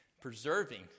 preserving